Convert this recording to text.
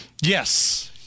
yes